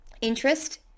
interest